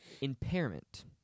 Impairment